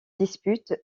disputent